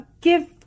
give